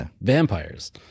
vampires